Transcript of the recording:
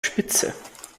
spitze